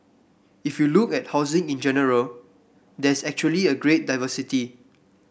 if you look at housing in general there's actually a great diversity